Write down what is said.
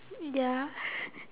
ya